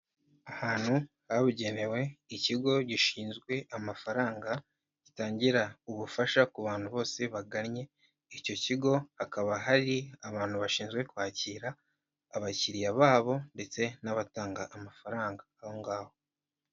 Ahantu habugenewe, ikigo gishinzwe amafaranga gitangira ubufasha ku bantu bose bagannye icyo kigo, hakaba hari abantu bashinzwe kwakira abakiriya babo, ndetse n'abatanga amafaranga aho ngaho.